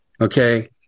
Okay